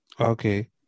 Okay